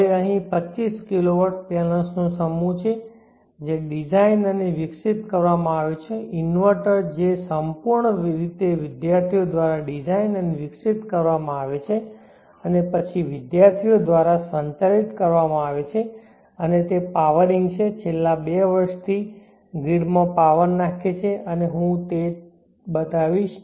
હવે અહીં 25 kW પેનલ્સનો સમૂહ છે જે ડિઝાઇન અને વિકસિત કરવામાં આવ્યો છે ઇન્વર્ટર જે સંપૂર્ણ રીતે વિદ્યાર્થીઓ દ્વારા ડિઝાઇન અને વિકસિત કરવામાં આવે છે અને પછી વિદ્યાર્થીઓ દ્વારા સંચાલિત કરવામાં આવે છે અને તે પાવરિંગ છે છેલ્લા બે વર્ષથી ગ્રીડમાં પાવર નાખે છે અને તે જ હું બતાવીશ